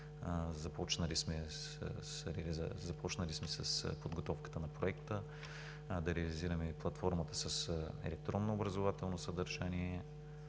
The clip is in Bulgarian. започнали сме с подготовката на проекта – платформата с електронно образователно съдържание